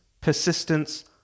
persistence